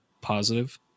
positive